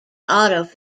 auto